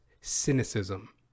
Cynicism